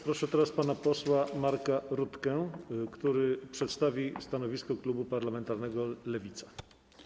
Proszę teraz pana posła Marka Rutkę, który przedstawi stanowisko klubu parlamentarnego Lewica.